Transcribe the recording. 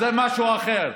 אז זה משהו אחר.